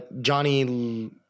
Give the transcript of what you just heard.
Johnny